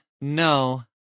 no